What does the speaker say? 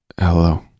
Hello